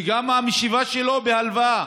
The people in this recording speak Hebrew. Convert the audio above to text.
שגם המשאבה שלו בהלוואה,